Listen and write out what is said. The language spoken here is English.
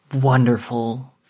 wonderful